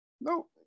No